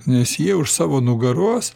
nes jie už savo nugaros